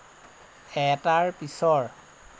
এটাৰ পিছৰ